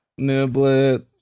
Niblet